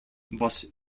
bus